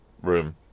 room